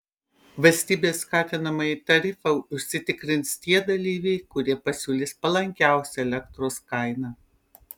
valstybės skatinamąjį tarifą užsitikrins tie dalyviai kurie pasiūlys palankiausią elektros kainą